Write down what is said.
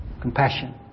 compassion